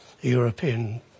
European